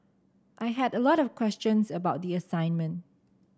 I had a lot of questions about the assignment